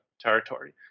territory